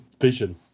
Vision